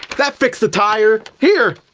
that fixed the tire! here!